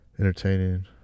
Entertaining